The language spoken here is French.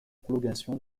prolongation